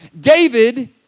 David